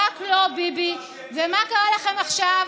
רק לא ביבי, לא, ומה קרה לכם עכשיו?